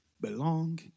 belong